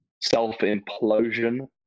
self-implosion